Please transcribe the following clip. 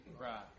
Right